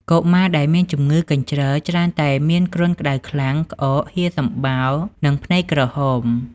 កុមារដែលមានជំងឺកញ្ជ្រឹលច្រើនតែមានគ្រុនក្តៅខ្លាំង ក្អក ហៀរសំបោរ និងភ្នែកក្រហម